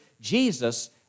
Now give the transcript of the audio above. Jesus